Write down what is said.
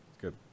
good